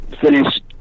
finished